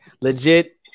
legit